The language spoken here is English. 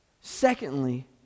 Secondly